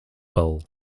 bill